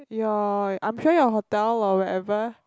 your I'm sure your hotel or wherever